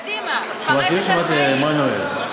קדימה, פרט את התנאים.